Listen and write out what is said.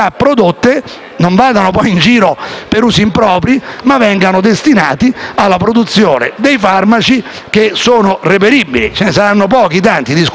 per usi impropri, ma vengano destinate alla produzione dei farmaci che sono reperibili (ce ne saranno pochi, tanti, discutiamone). In ogni caso, il problema delle cure